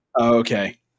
Okay